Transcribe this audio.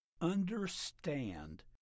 understand